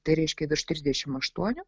tai reiškia virš trisdešimt aštuonių